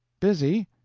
busy?